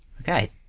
Okay